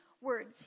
words